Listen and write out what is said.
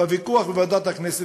בוויכוח בוועדת הכנסת,